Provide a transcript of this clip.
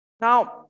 Now